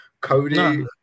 Cody